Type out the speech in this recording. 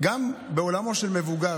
זה גם בעולמו של מבוגר,